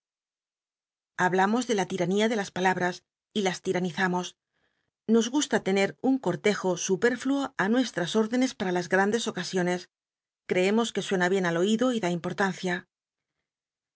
hablamos de la lirania de las palabras y las ti ranizamos nos gusta tener un cortejo superfluo ü nuestras órdenes para las grandes ocasiones crecmos que suena bien al oído y da importancia